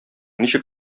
ничек